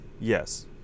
yes